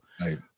Right